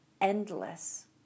endless